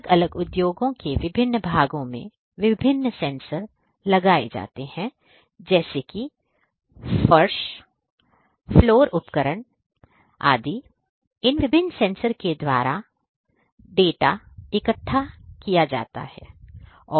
अलग अलग उद्योगों के विभिन्न भागों में विभिन्न सेंसर लगाए जाते हैं जैसे कि फर्श फ्लोर उपकरण आदि इन विभिन्न सेंसर के द्वारा डाटा इकट्ठा किया जाता है